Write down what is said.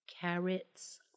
carrots